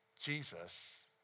Jesus